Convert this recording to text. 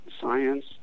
science